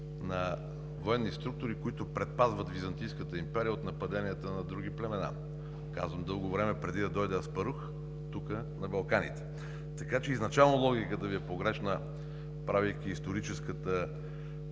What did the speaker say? на военни инструктори, които предпазват Византийската империя от нападенията на други племена много преди Аспарух да дойде тук на Балканите. Така че изначално логиката Ви е погрешна, правейки историческата